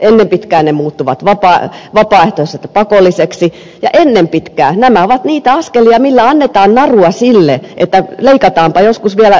ennen pitkää ne muuttuvat vapaaehtoisesta pakolliseksi ja ennen pitkää nämä ovat niitä askelia joilla annetaan narua sille että leikataanpa joskus vielä jokamiehenoikeuksia